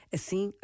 Assim